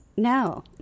No